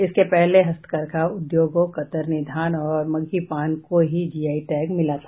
इसके पहले हस्तकरघा उद्योगों कतरनी धान और मगही पान को ही जीआई टैग मिला था